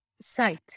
sight